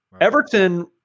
Everton